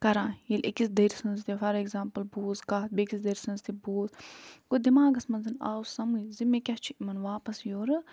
کران ییٚلہِ أکِس دٔرۍ سٕنٛز تہِ فار اٮ۪کزامپُل بوٗز کَتھ بیٚکِس دٔرۍ سٕنٛز تہِ بوٗز گوٚو دِماغَس منٛز آو سمٕجھ زِ مےٚ کیٛاہ چھِ یِمَن واپَس یورٕ